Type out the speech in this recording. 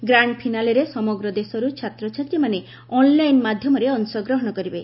grand ଫିନାଲରେ ସମଗ୍ର ଦେଶରୁ ଛାତ୍ରଛାତ୍ରୀମାନେ ଅନ୍ଲାଇନ୍ ମାଧ୍ୟମରେ ଅଶଗ୍ରହଣ କରିବେ